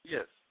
Yes